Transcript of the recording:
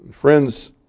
Friends